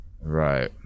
Right